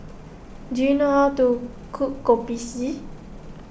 do you know how to cook Kopi C